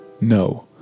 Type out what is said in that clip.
No